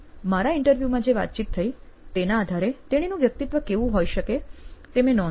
મારા ઇન્ટરવ્યૂમાં જે વાતચીત થઇ તેના આધારે તેણીનું વ્યક્તિત્વ કેવું હોઈ શકે તે મેં નોંધ્યું